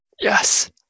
Yes